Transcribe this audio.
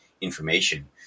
information